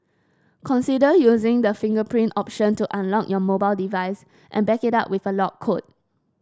consider using the fingerprint option to unlock your mobile device and back it up with a lock code